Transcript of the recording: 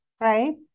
right